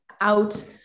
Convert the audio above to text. out